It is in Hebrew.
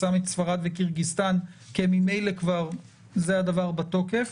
ששם את ספרד וקירגיסטן כי ממילא הדבר הזה בתוקף,